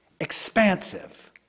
expansive